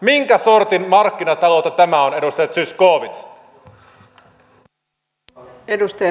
mikä sortin markkinataloutta tämä on edustaja zyskowicz